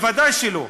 ודאי שלא.